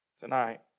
Tonight